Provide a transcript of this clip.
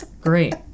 great